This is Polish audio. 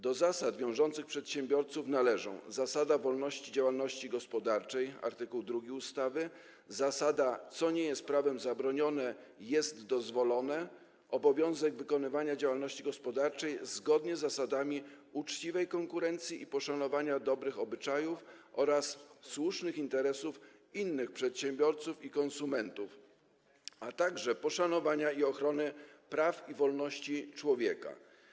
Do zasad wiążących przedsiębiorców należą: zasada wolności działalności gospodarczej, art. 2 ustawy, zasada co nie jest prawem zabronione, jest dozwolone, obowiązek wykonywania działalności gospodarczej zgodnie z zasadami uczciwej konkurencji i poszanowania dobrych obyczajów oraz słusznych interesów innych przedsiębiorców i konsumentów, a także poszanowania i ochrony praw i wolności człowieka.